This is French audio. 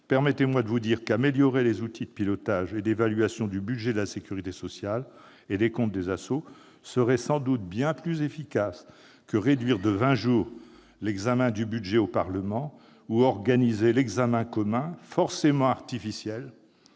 permettez-moi de vous dire qu'améliorer les outils de pilotage et d'évaluation du budget de la sécurité sociale et des comptes des ASSO serait sans doute bien plus efficace que réduire de vingt jours l`examen du budget au Parlement ou organiser l'examen commun, forcément artificiel,